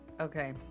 Okay